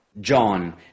John